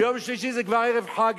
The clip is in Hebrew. ביום שלישי זה כבר ערב חג,